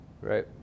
right